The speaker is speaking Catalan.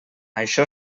això